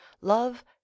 Love